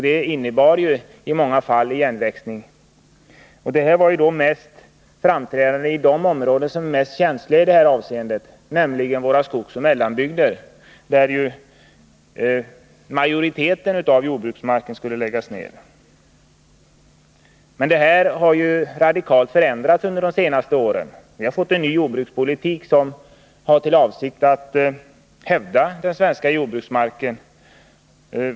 Det innebar i många fall igenväxning, och detta var mest framträdande i de områden som är känsligast i det här avseendet, nämligen våra skogsoch mellanbygder, där ju merparten av jordbruksmarken skulle läggas ned. Detta har emellertid radikalt förändrats under de senaste åren. Vi har fått en ny jordbrukspolitik som syftar till att hävda den svenska jordbruksmarken.